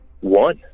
One